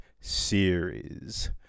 series